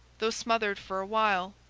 though smothered for a while,